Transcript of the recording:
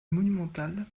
monumentales